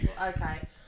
Okay